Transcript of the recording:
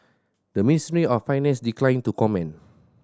the Ministry of Finance declined to comment